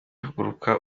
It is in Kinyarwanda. haguruka